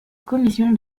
commission